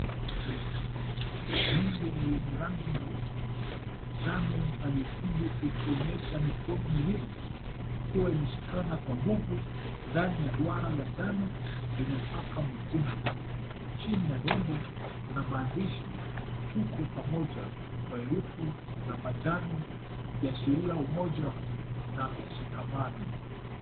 Nembo yenye rangi nyeusi, njano na nyekundu ikionyesha mikono miwili ikiwa imeshikana kwa nguvu, ndani ya duara la njano lenye mpaka mwekundu. Chini ya nembo kuna maandishi Tuko Pamoja kwa herufi za manjano ikiashiria umoja na mshikamano.